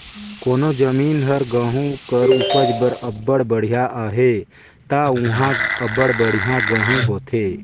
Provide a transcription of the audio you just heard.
कोनो जमीन हर गहूँ कर उपज बर अब्बड़ बड़िहा अहे ता उहां अब्बड़ बढ़ियां गहूँ होथे